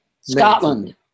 Scotland